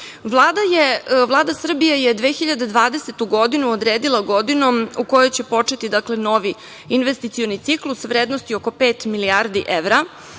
nama. Vlada Srbije je 2020. godinu odredila godinom u kojoj će početi, dakle novi investicioni ciklus, vrednosti oko pet milijardi evra